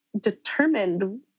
determined